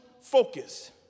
focus